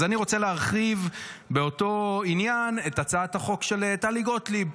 אז אני רוצה להרחיב באותו עניין את הצעת החוק של טלי גוטליב.